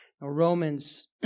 Romans